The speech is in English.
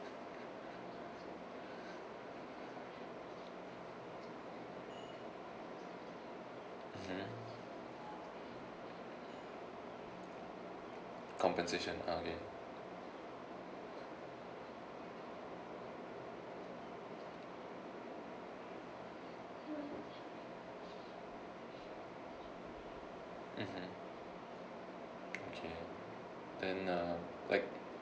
mmhmm compensation okay mmhmm okay then uh like